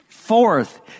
Fourth